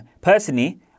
Personally